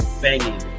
banging